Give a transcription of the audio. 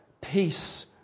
peace